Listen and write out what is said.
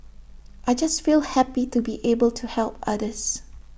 I just feel happy to be able to help others